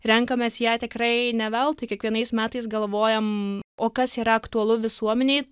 renkamės ją tikrai ne veltui kiekvienais metais galvojam o kas yra aktualu visuomenei